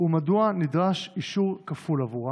ומדוע נדרש אישור כפול עבורה?